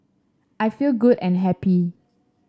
I feel good and happy